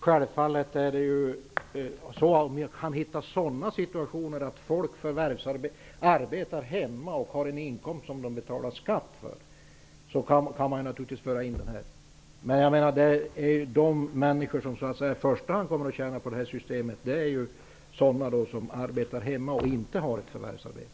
Herr talman! Självfallet kan vi finna sådana situationer där människor arbetar hemma och har en inkomst som de betalar skatt på. Men de människor som i första hand kommer att tjäna på detta system är de som arbetar hemma och inte har ett förvärvsarbete.